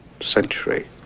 ...century